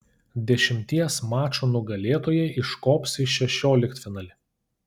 dešimties mačų nugalėtojai iškops į šešioliktfinalį